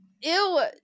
Ew